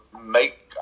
make